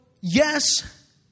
yes